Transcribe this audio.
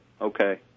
Okay